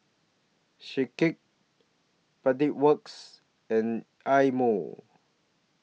Schick Pedal Works and Eye Mo